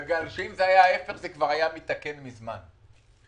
זה כבר היה מתוקן מזמן.